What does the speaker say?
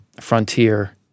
frontier